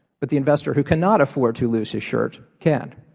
but the investor who cannot afford to lose his shirt can.